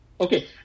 Okay